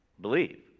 Believe